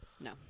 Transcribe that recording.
No